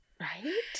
Right